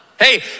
Hey